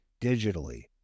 digitally